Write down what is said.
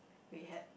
we had